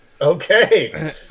Okay